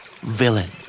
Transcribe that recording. Villain